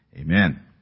amen